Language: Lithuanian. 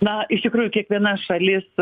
na iš tikrųjų kiekviena šalis